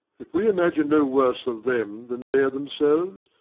if we imagine no worse of them than they of themselves,